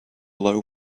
low